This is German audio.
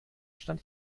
stand